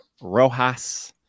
Rojas